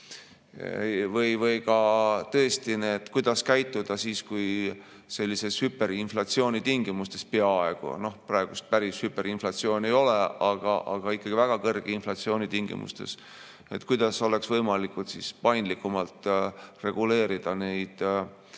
Või tõesti, kuidas käituda siis, kui hüperinflatsiooni tingimustes – noh, praegu päris hüperinflatsiooni ei ole, aga ikkagi väga kõrge inflatsiooni tingimustes – oleks võimalik paindlikumalt reguleerida neid